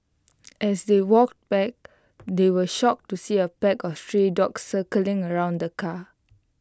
as they walked back they were shocked to see A pack of stray dogs circling around the car